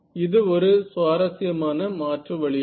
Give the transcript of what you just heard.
இது ஒரு சுவாரஸ்யமான மாற்று வழியாகும்